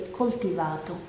coltivato